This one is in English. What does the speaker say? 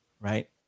Right